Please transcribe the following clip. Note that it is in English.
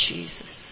Jesus